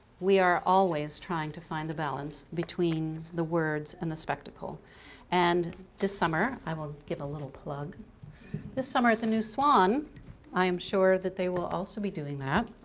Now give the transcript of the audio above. we are always trying to find the balance between the words and the spectacle and this summer i will give a little plug this summer at the new swan i am sure that they will also be doing that